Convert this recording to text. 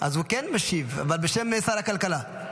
אז הוא כן משיב, אבל בשם שר הכלכלה.